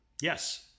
Yes